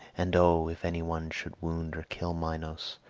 and o if any one should wound or kill minos!